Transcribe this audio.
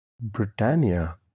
Britannia